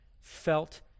felt